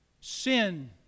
Sin